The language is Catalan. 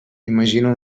imagina